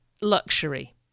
luxury